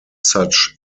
such